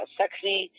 sexy